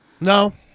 No